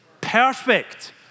perfect